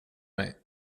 mig